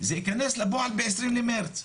זה ייכנס לפועל ב-20 במרץ.